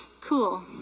cool